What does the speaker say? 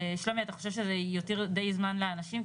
שלומי אתה חושב שזה יותיר די זמן לאנשים?